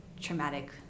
traumatic